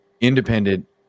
independent